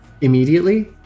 Immediately